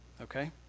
Okay